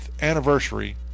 anniversary